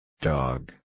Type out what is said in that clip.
Dog